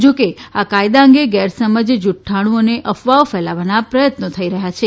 જો કે આ કાયદા અંગે ગેરસમજ જુકાણુ અને અફવાઓ ફેલાવવાના પ્રયત્નો થઇ રહ્યા છે